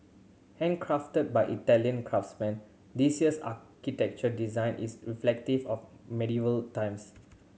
handcrafted by Italian craftsmen this year's architecture design is reflective of medieval times